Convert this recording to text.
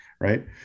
right